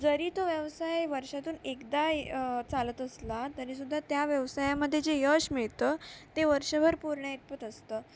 जरी तो व्यवसाय वर्षातून एकदा चालत असला तरीसुद्धा त्या व्यवसायामध्ये जे यश मिळतं ते वर्षभर पुरण्याइतपत असतं